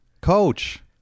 Coach